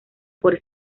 por